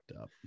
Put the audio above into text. up